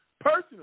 personally